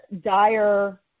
dire